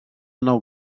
nou